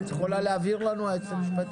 את יכולה להבהיר לנו, היועצת המשפטית?